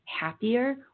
happier